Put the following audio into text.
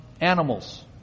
animals